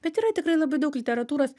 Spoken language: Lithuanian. bet yra tikrai labai daug literatūros